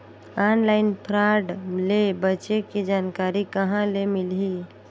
Online fraud ले बचे के जानकारी कहां ले मिलही?